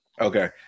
Okay